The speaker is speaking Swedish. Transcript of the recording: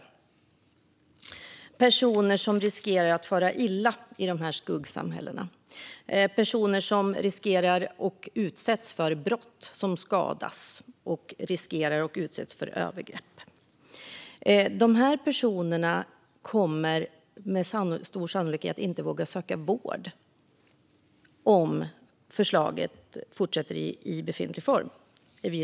Det handlar om personer som riskerar att fara illa i skuggsamhället. De riskerar att utsättas för brott, att skadas och att utsättas för övergrepp. Vi är rädda att dessa personer inte kommer att våga söka vård om förslaget går igenom i befintlig form.